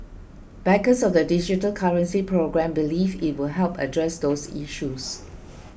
backers of the digital currency programme believe it will help address those issues